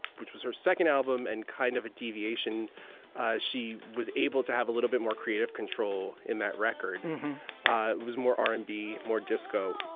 which was her second album and kind of a deviation she was able to have a little bit more creative control in that record ah was more r and b, more disco